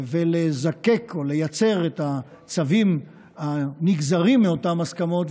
ולזקק או לייצר את הצווים הנגזרים מאותם הסכמות,